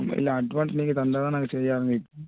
ஆமாம் இல்லை அட்வான்ஸ் நீங்கள் தந்தால்தான் நாங்கள் செய்ய ஆரம்பிப்போம்